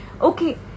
Okay